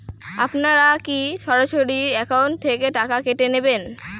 আপনারা কী সরাসরি একাউন্ট থেকে টাকা কেটে নেবেন?